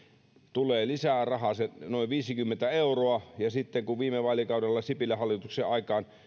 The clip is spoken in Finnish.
tulee lisää rahaa noin viisikymmentä euroa ja kun viime vaalikaudella sipilän hallituksen aikaan